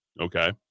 okay